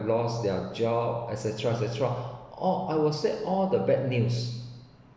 lost their job et cetera et cetera all I will said all the bad news